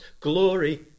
glory